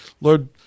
Lord